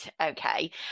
okay